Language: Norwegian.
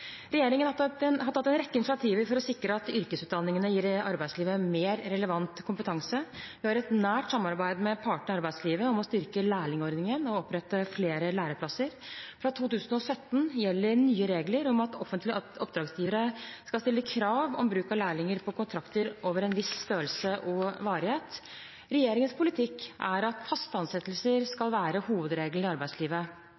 Regjeringen har tatt en rekke initiativer for å sikre at yrkesfagutdanningene gir arbeidslivet mer relevant kompetanse. Vi har et nært samarbeid med partene i arbeidslivet om å styrke lærlingordningen og opprette flere læreplasser. Fra 2017 gjelder det nye regler om at offentlige oppdragsgivere skal stille krav om bruk av lærlinger på kontrakter over en viss størrelse og en viss varighet. Regjeringens politikk er at faste ansettelser